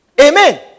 Amen